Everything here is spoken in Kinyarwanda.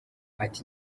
ati